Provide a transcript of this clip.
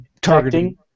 targeting